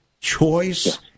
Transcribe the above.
Choice